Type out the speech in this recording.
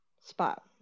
spot